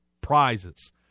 prizes